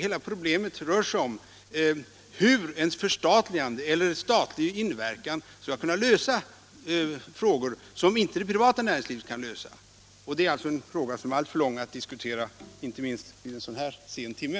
Hela problemet rör sig om hur ett förstatligande eller ett statligt ingripande skall kunna lösa de problem som inte det privata näringslivet kan klara, men det är en fråga som det skulle ta alltför lång tid att diskutera, inte minst vid en så här sen timme.